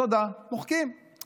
תודה, מוחקים.